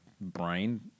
brain